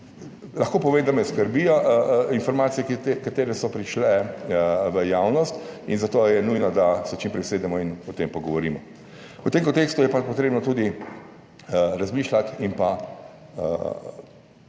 lahko povem, da me skrbijo informacije, katere so prišle v javnost, in zato je nujno, da se čim prej usedemo in o tem pogovorimo. V tem kontekstu je pa potrebno tudi razmišljati in pa